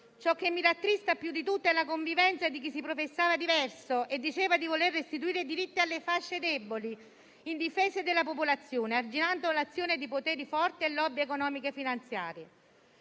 Ciò che mi rattrista più di tutto è la convivenza di chi si professava diverso e diceva di voler restituire diritti alle fasce deboli e indifese della popolazione, arginando l'azione di poteri forti e *lobby* economico-finanziarie.